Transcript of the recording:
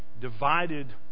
divided